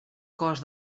cos